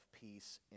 peace